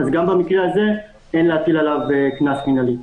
גם במקרה הזה אין להטיל עליו קנס מינהלי.